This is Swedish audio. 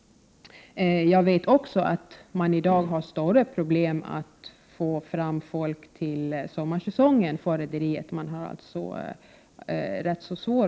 Jag vet också att rederiet i dag har stora problem att få arbetskraft till sommarsäsongen. Personalbristen är rätt svår.